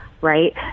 right